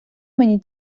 мені